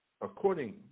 according